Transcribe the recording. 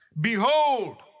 Behold